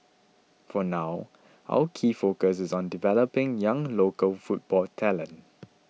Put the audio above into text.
for now our key focus is on developing young local football talent